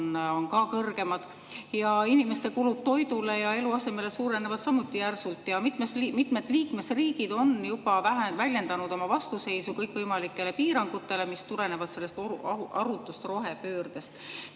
on kõrgemad ja inimeste kulud toidule ja eluasemele suurenevad samuti järsult. Mitmed liikmesriigid on juba väljendanud oma vastuseisu kõikvõimalikele piirangutele, mis tulenevad arutust rohepöördest.